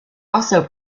also